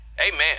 Amen